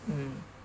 mm